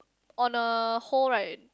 on a whole right